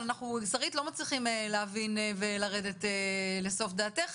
אבל לצערי אנחנו לא מצליחים להבין ולרדת לסוף דעתך,